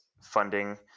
funding